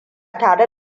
tare